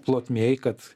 plotmėj kad